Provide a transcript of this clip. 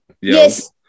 Yes